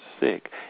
sick